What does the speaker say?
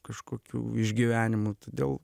kažkokių išgyvenimų todėl